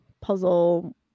puzzle